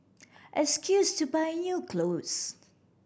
excuse to buy new cloth